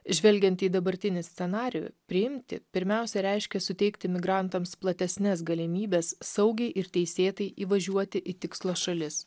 žvelgiant į dabartinį scenarijų priimti pirmiausia reiškia suteikti migrantams platesnes galimybes saugiai ir teisėtai įvažiuoti į tikslo šalis